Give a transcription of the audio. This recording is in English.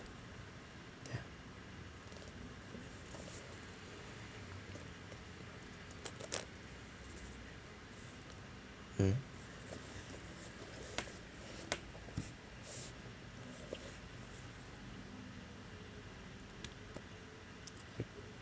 damn mm